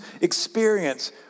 experience